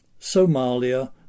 Somalia